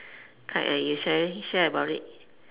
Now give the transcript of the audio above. like uh you sharing share about it